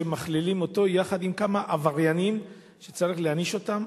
שמכלילים אותו יחד עם כמה עבריינים שצריך להעניש אותם,